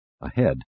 Ahead